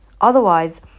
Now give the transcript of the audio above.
Otherwise